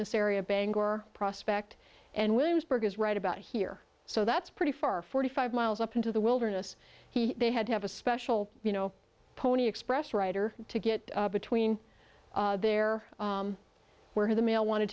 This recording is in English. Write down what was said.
this area bangor prospect and williamsburg is right about here so that's pretty far forty five miles up into the wilderness he they had to have a special you know pony express writer to get between there were the mail wanted